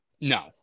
No